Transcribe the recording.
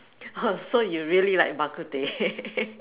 so you really like Bak-Kut-Teh